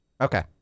Okay